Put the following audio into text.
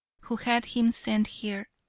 who had him sent here.